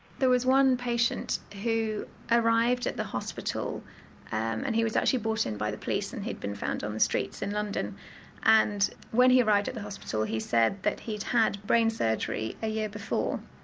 there was one patient who arrived at the hospital and he was actually brought in by the police and he'd been found on the streets in london and when he arrived at the hospital he said that he'd had brain surgery a year before,